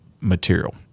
material